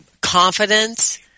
confidence